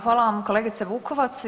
Hvala vam kolegice Vukovac.